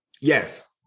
Yes